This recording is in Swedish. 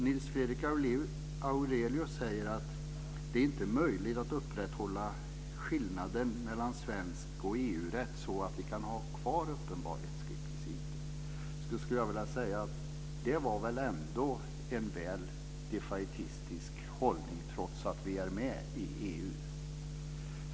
Nils Fredrik Aurelius säger att det inte är möjligt att upprätthålla skillnaden mellan svensk rätt och EU rätt så att vi kan ha kvar uppenbarhetsrekvisitet. Det är väl ändå en väl defaitistisk hållning, trots att vi är med i EU.